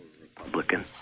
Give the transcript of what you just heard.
Republican